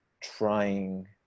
trying